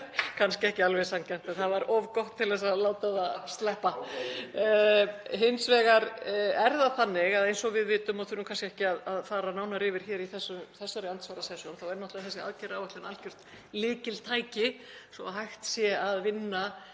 kannski ekki alveg sanngjarnt en of gott til að láta það sleppa. Hins vegar er það þannig að eins og við vitum, og þurfum kannski ekki að fara nánar yfir í þessari andsvarasessjón, er þessi aðgerðaáætlun algjört lykiltæki svo að hægt sé að vinna